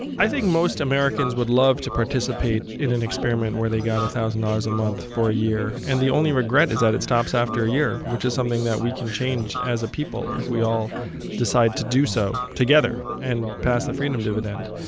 i think most americans would love to participate in an experiment where they got a thousand dollars a month for a year, and the only regret is that it stops after a year, which is something that we can change as a people if we all decide to do so together and pass the freedom dividend.